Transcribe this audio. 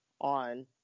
on